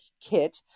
kit